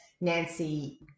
Nancy